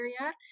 area